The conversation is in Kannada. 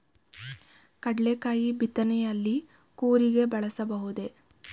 ಕಡ್ಲೆಕಾಯಿ ಬಿತ್ತನೆಯಲ್ಲಿ ಕೂರಿಗೆ ಬಳಸಬಹುದೇ?